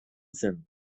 zen